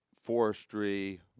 forestry